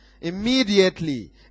Immediately